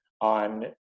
on